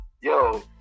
yo